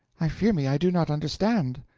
i fear me i do not understand.